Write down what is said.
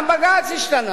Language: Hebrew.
גם בג"ץ השתנה.